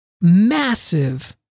massive